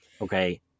okay